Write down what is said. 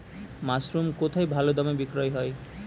Mushroom কেথায় ভালোদামে বিক্রয় হয়?